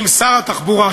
אם שר התחבורה,